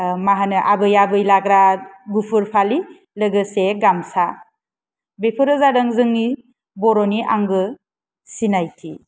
मा होनो आबै आबै लाग्रा गुफुर फालि लोगोसे गामसा बेफोरो जादों जोंनि बर'नि आंगो सिनायथि